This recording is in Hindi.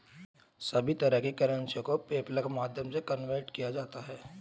सभी तरह की करेंसी को पेपल्के माध्यम से कन्वर्ट किया जा सकता है